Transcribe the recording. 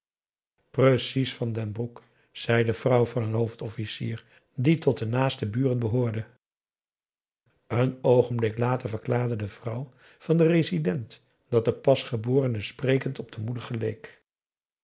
precies van den broek zei de vrouw van een hoofdofficier die tot de naaste buren behoorde een oogenblik later verklaarde de vrouw van den resident dat de pasgeborene sprekend op de moeder geleek